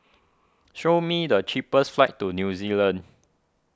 show me the cheapest flights to New Zealand